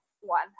one